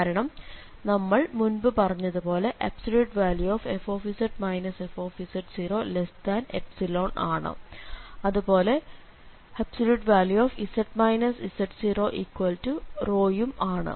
കാരണം നമ്മൾ മുൻപ് പറഞ്ഞതുപോലെ fz fz0ϵ ആണ് അതുപോലെ z z0ρ യും ആണ്